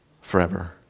forever